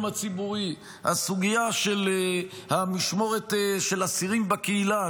הציבורי: הסוגיה של המשמורת של אסירים בקהילה,